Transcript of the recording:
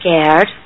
scared